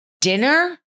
Dinner